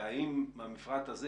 האם במכרז הזה,